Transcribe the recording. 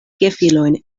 gefilojn